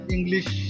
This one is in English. English